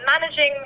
managing